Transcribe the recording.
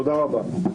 תודה רבה.